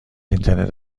اینترنت